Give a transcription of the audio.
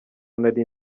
nari